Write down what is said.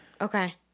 Okay